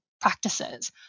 practices